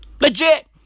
Legit